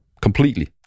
completely